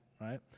right